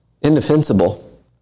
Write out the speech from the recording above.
indefensible